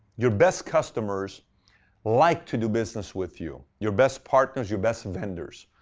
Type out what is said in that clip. your best customers like to do business with you. your best partners, your best vendors.